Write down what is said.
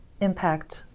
impact